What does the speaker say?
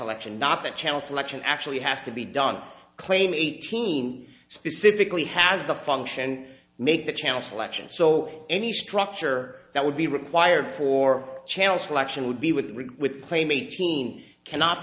election not that channel selection actually has to be done claiming a team specifically has the function make the channel selection so any structure that would be required for channel selection would be with with claim eighteen cannot